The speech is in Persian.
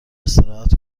استراحت